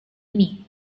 ini